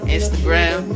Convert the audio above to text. Instagram